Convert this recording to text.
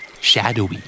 Shadowy